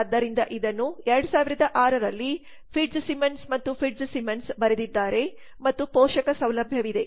ಆದ್ದರಿಂದ ಇದನ್ನು 2006 ರಲ್ಲಿ ಫಿಟ್ಜ್ಸಿಮ್ಮನ್ಸ್ ಮತ್ತು ಫಿಟ್ಜ್ಸಿಮ್ಮನ್ಸ್ ಬರೆದಿದ್ದಾರೆ ಮತ್ತು ಪೋಷಕ ಸೌಲಭ್ಯವಿದೆ